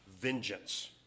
Vengeance